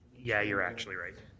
yeah you're actually right.